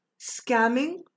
scamming